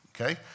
okay